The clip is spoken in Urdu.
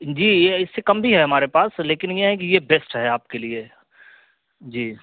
جی یہ اس سے کم بھی ہے ہمارے پاس لیکن یہ ہے کہ یہ بیسٹ ہے آپ کے لیے جی